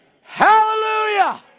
Hallelujah